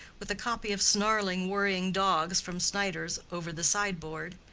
with a copy of snarling, worrying dogs from snyders over the side-board,